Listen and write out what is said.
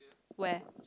where